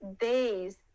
days